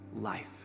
life